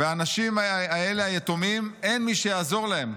האנשים האלה, היתומים, אין מי שיעזור להם.